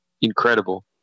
incredible